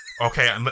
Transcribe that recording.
Okay